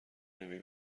نمی